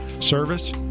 Service